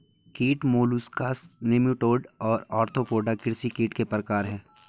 कीट molluscs nematode और arthropoda कृषि कीट के प्रकार हैं